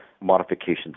Modifications